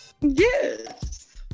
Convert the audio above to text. yes